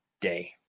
day